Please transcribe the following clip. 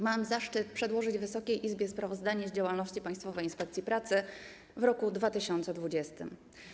Mam zaszczyt przedłożyć Wysokiej Izbie sprawozdanie z działalności Państwowej Inspekcji Pracy w roku 2020.